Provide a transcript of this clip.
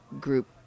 group